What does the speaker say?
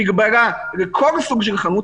מגבלה לכל סוג של חנות,